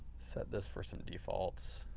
set this for some defaults.